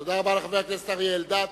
תודה רבה לחבר הכנסת אריה אלדד.